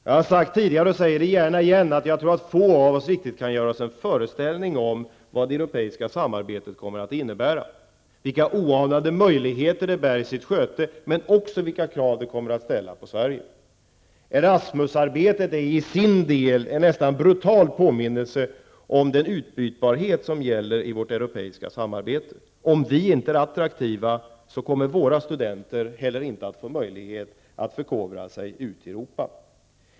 Jag har sagt det tidigare och säger det gärna igen, att det är få som riktigt kan göra sig en föreställning om vad det Europeiska samarbetet kommer att innebära, vilka oanade möjligheter det bär i sitt sköte, men också vilka krav det kommer att ställa på Sverige. Erasmus-arbetet är en nästan brutal påminnelse om den utbytbarhet som gäller i vårt europeiska samarbete. Om vi inte är attraktiva kommer våra studenter inte heller att få möjlighet att förkovra sig ute i Europa.